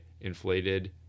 inflated